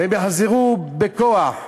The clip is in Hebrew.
והם יחזרו בכוח.